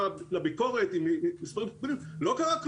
יתווספו לביקורת עוד כמה שניות.